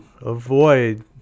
avoid